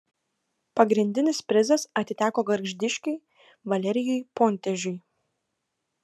pagrindinis prizas atiteko gargždiškiui valerijui pontežiui